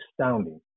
astounding